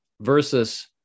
versus